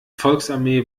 volksarmee